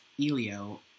Elio